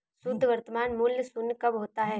शुद्ध वर्तमान मूल्य शून्य कब होता है?